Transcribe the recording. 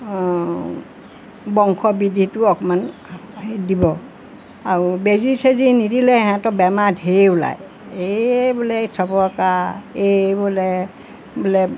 বংশ বৃদ্ধিটো অকণমান দিব আৰু বেজী চেজি নিদিলে সিহঁতৰ বেমাৰ ধেৰ ওলায় এই বোলে চবকা এই বোলে বোলে